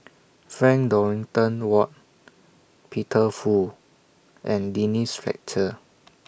Frank Dorrington Ward Peter Fu and Denise Fletcher